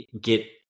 get